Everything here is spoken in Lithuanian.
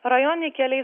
rajoniniai keliai